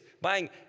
buying